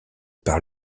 par